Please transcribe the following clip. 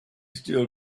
still